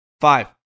Five